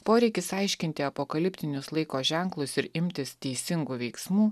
poreikis aiškinti apokaliptinius laiko ženklus ir imtis teisingų veiksmų